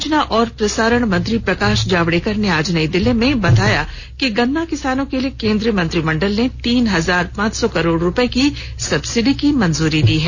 सुचना और प्रसारण मंत्री प्रकाश जावेड़कर ने आज नई दिल्ली में बताया कि गन्ना किसानों के लिए केन्द्रीय मंत्रीमंडल ने तीन हजार पांच सौ करोड़ रूपये की सब्सिडी को मंजूरी दी है